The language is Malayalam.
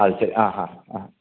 അത് ശരി ആ ആ ആ